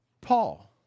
Paul